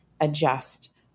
adjust